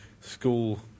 school